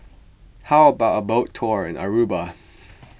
how about a boat tour in Aruba